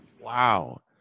Wow